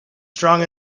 strong